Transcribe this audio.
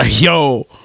yo